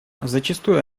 зачастую